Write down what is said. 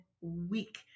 week